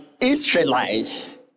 Israelites